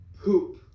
poop